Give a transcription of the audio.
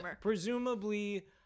presumably